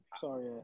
Sorry